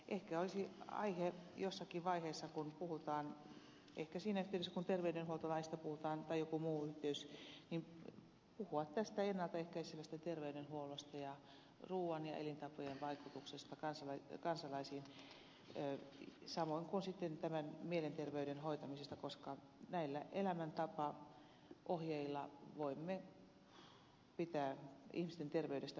ehkä olisi aihetta jossakin vaiheessa ehkä siinä yhteydessä kun terveydenhuoltolaista puhutaan tai jossakin muussa yhteydessä puhua tästä ennalta ehkäisevästä terveydenhuollosta ruuan ja elintapojen vaikutuksesta kansalaisiin samoin kuin mielenterveyden hoitamisesta koska näillä elämäntapaohjeilla voimme pitää ihmisten terveydestä huolta